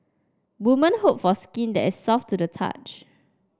woman hope for skin that is soft to the touch